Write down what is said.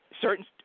certain